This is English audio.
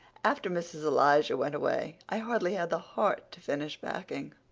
after mrs. elisha went away i hardly had the heart to finish packing.